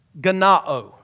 ganao